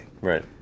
Right